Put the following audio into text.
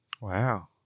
Wow